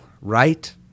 right